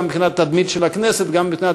גם מבחינת התדמית של הכנסת וגם מבחינת